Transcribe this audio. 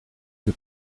que